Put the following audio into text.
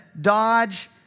dodge